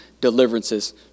deliverances